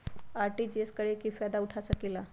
RTGS करे से की फायदा उठा सकीला?